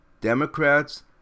Democrats